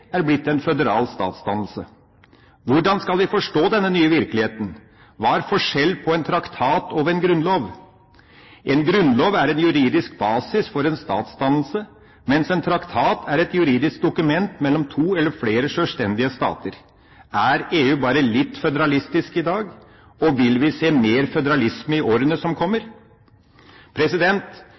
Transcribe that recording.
er blitt en føderal statsdannelse? Hvordan skal vi forstå denne nye virkeligheten? Hva er forskjellen mellom en traktat og en grunnlov? En grunnlov er en juridisk basis for en statsdannelse, mens en traktat er et juridisk dokument mellom to eller flere sjølstendige stater. Er EU bare litt føderalistisk i dag? Vil vi se mer føderalisme i årene som kommer?